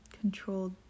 controlled